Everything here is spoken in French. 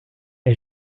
est